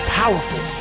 powerful